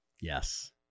Yes